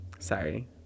sorry